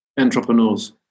entrepreneurs